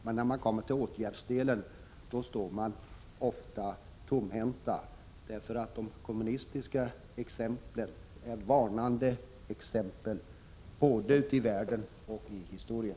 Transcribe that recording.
Men när man kommer till åtgärdsdelen står man ofta tomhänt, för de kommunistiska exemplen är varnande exempel, både nu ute i världen och i historien.